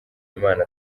imana